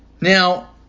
Now